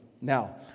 Now